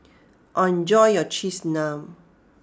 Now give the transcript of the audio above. enjoy your Cheese Naan